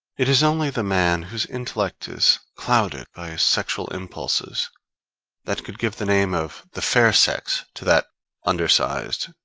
it is only the man whose intellect is clouded by his sexual impulses that could give the name of the fair sex to that under-sized,